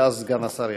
ואז סגן השר ישיב.